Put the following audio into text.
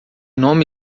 nome